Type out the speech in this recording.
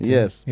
Yes